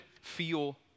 feel